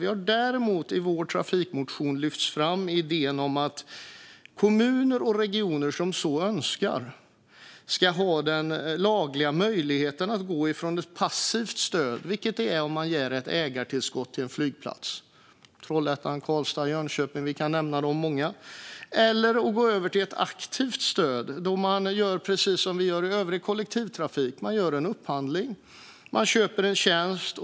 Vi har däremot i vår trafikmotion lyft fram idén om att kommuner och regioner som så önskar ska ha den lagliga möjligheten att gå över från ett passivt stöd - vilket det är om man ger ett ägartillskott till en flygplats så som i Trollhättan, Karlstad, Jönköping och många andra - till ett aktivt stöd. Då gör man precis som vi gör i övrig kollektivtrafik: Man gör en upphandling. Man köper en tjänst.